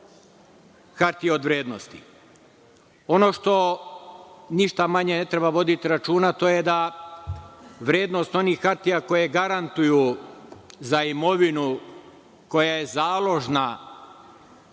hartije od vrednosti. Ono što ništa manje ne treba voditi računa, to je da vrednost onih hartija koje garantuju za imovinu koja je založna